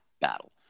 battle